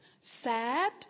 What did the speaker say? sad